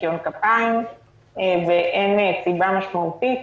בניקיון כפיים ואין סיבה משמעותית,